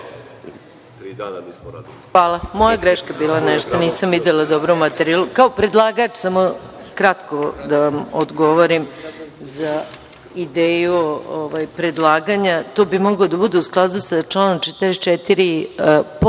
Hvala. Moja greška je bila, nisam videla dobro materijal. Kao predlagač, samo kratko da vam odgovorim za ideju predlaganja. To bi moglo da bude u skladu sa članom 44. pododbor